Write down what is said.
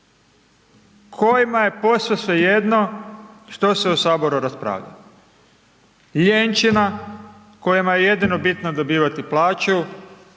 kojima je posve svejedno što se u HS raspravlja, ljenčina kojima je jedino bitno dobivati plaću